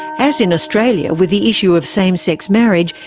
as in australia with the issue of same-sex marriage,